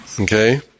Okay